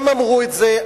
הם אמרו את זה.